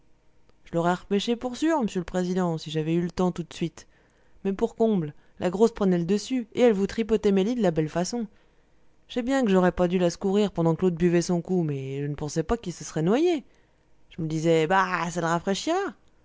je l'aurais repêché pour sûr m'sieu l'président si j'avais eu le temps tout de suite mais pour comble la grosse prenait le dessus et elle vous tripotait mélie de la belle façon je sais bien que j'aurais pas dû la secourir pendant que l'autre buvait son coup mais je ne pensais pas qu'il se serait noyé je me disais bah ça le rafraîchira